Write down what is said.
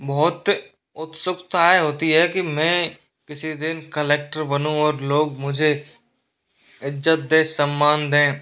बहुत उत्सुकताएं होती हैं कि मैं किसी दिन कलेक्टर बनूँ और लोग मुझे इज़्ज़त दें सम्मान दें